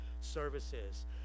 services